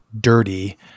dirty